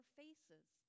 faces